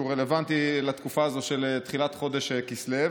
רלוונטי לתקופה הזאת של תחילת חודש כסלו: